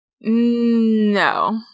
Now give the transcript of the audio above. no